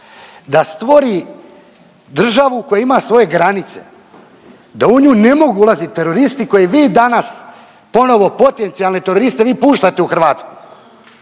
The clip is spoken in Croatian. da stvori državu koja ima svoje granice, da u nju ne mogu ulaziti teroristi koje vi danas ponovo potencijalne teroriste vi puštate u Hrvatsku